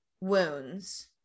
wounds